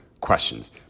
questions